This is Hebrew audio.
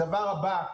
הדבר הבא,